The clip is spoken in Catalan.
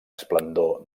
esplendor